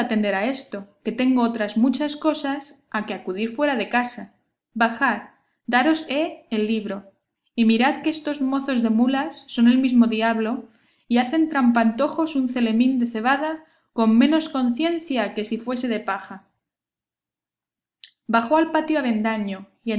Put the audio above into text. a esto que tengo otras muchas cosas a que acudir fuera de casa bajad daros he el libro y mirad que estos mozos de mulas son el mismo diablo y hacen trampantojos un celemín de cebada con menos conciencia que si fuese de paja bajó al patio avendaño